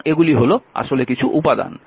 এখন এগুলি হল আসলে কিছু উপাদান